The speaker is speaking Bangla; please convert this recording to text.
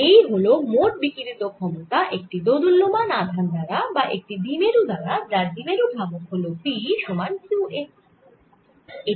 এই হল মোট বিকিরিত ক্ষমতা একটি দোদুল্যমান আধান দ্বারা বা একটি দ্বিমেরু দ্বারা যার দ্বিমেরু ভ্রামক হল p সমান q a